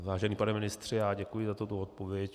Vážený pane ministře, já děkuji za tuto odpověď.